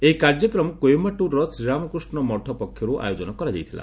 ଏହି କାର୍ଯ୍ୟକ୍ରମ କୋଏମ୍ଘାଟୁରର ଶ୍ରୀରାମକୃଷ୍ଣ ମଠ ପକ୍ଷରୁ ଆୟୋଜନ କରାଯାଇଥିଲା